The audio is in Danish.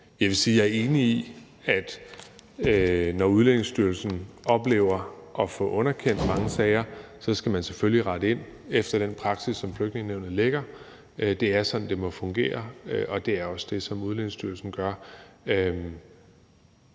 jeg er enig i, at når Udlændingestyrelsen oplever at få underkendt mange sager, så skal man selvfølgelig rette ind efter den praksis, som Flygtningenævnet fastlægger. Det er sådan, som det må fungere, og det er også det, som Udlændingestyrelsen gør.